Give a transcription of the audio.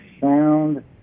sound